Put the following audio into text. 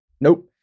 nope